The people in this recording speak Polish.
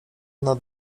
nad